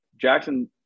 Jackson